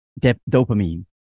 Dopamine